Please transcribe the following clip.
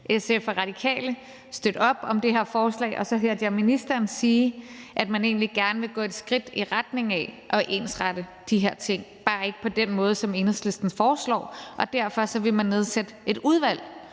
til mig – støtte op om det her forslag, og så hørte jeg ministeren sige, at man egentlig gerne vil gå et skridt i retning af at ensrette de her ting, bare ikke på den måde, som Enhedslisten foreslår. Derfor vil man nedsætte et udvalg,